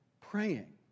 praying